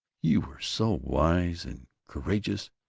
you were so wise. and courageous!